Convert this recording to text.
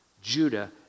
Judah